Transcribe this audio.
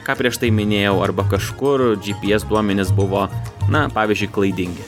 ką prieš tai minėjau arba kažkur gps duomenys buvo na pavyzdžiui klaidingi